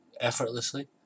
effortlessly